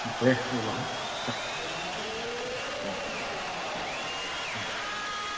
दे अब्ला ना दे दे अ